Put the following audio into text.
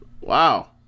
wow